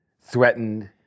threatened